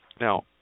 Now